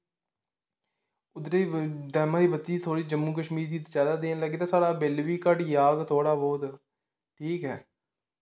डेमे दी बत्ती थोह्ड़ी जम्मू कशमीर गी ज्यादा देन लगे ते साढ़ा बिल बी घटी जाह्ग थोह्ड़ा बहुत ठीक ऐ